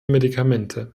medikamente